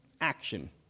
Action